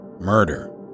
murder